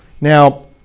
now